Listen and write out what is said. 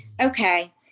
okay